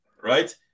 right